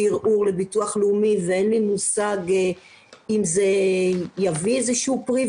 ערעור לביטוח לאומי ואין לי מושג אם זה יביא איזשהו פרי.